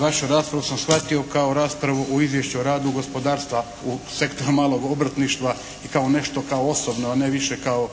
vašu raspravu sam shvatio kao raspravu u izvješću o radu gospodarstva u sektoru malog obrtništva i kao nešto kao osobno, a ne više kao